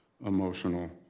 emotional